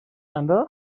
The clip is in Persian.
انداخت